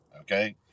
Okay